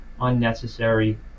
unnecessary